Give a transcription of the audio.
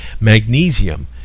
Magnesium